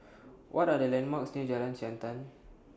What Are The landmarks near Jalan Siantan